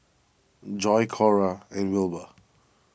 Joi Cora and Wilbur